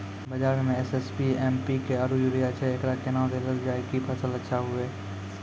बाजार मे SSP, MPK आरु यूरिया छैय, एकरा कैना देलल जाय कि फसल अच्छा हुये?